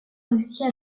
russie